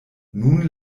nun